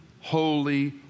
holy